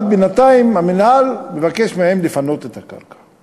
אבל בינתיים המינהל מבקש מהם לפנות את הקרקע.